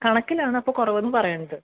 കണക്കിനാണപ്പോൾ കുറവ് ഏന്ന് പറയുന്നത്